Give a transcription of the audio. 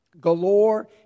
galore